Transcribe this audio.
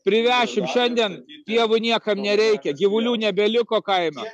privešim šiandien pievų niekam nereikia gyvulių nebeliko kainos